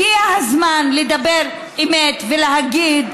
הגיע הזמן לדבר אמת ולהגיד: